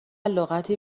لغتی